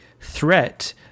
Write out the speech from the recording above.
threat